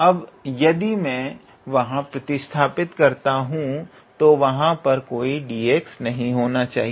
अब यदि मैं वहां प्रतिस्थापन करता हूं तो वहां पर कोई dx नहीं होना चाहिए